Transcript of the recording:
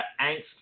angst